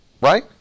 right